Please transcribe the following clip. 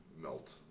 melt